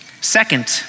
Second